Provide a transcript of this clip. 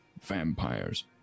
vampires